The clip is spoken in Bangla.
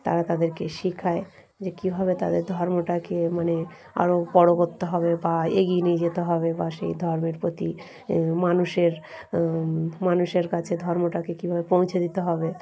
তারা তাদেরকে শেখায় যে কীভাবে তাদের ধর্মটাকে মানে আরও বড় করতে হবে বা এগিয়ে নিয়ে যেতে হবে বা সেই ধর্মের প্রতি মানুষের মানুষের কাছে ধর্মটাকে কীভাবে পৌঁছে দিতে হবে